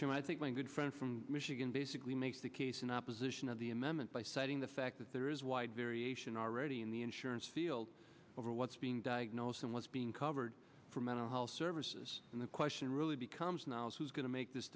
chairman i think my good friend from michigan basically makes the case in opposition of the amendment by citing the fact that there is wide variation already in the insurance field over what's being diagnosed and what's being covered for mental health services and the question really becomes now who's going to make this